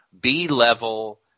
B-level